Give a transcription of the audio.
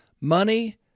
Money